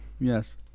Yes